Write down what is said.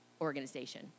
organization